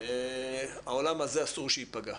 העולם הזה אסור שייפגע.